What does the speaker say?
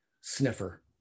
sniffer